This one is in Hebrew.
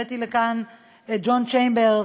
הבאתי את ג'ון צ'יימברס,